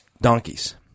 donkeys